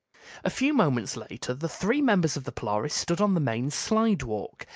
a few moments later the three members of the polaris stood on the main slidewalk,